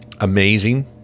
amazing